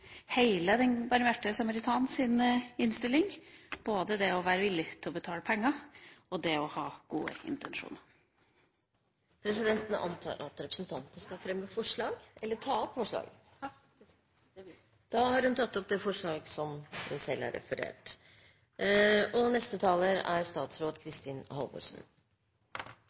den barmhjertige samaritans innstilling, både det å være villig til å betale penger og det å ha gode intensjoner. Presidenten antar at representanten skal ta opp forslag? Ja takk, det vil jeg. Jeg tar hermed opp forslaget fra Venstre. Da har representanten Skei Grande tatt opp det forslaget hun